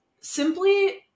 simply